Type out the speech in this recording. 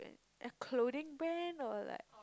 a clothing brand or like